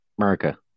America